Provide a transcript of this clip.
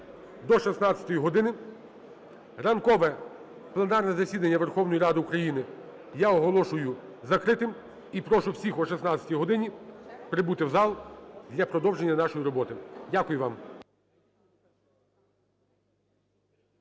до 16 години. Ранкове пленарне засідання Верховної Ради України я оголошую закритим і прошу всіх о 16 годині прибути в зал для продовження нашої роботи. Дякую вам.